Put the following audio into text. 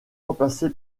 remplacé